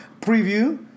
preview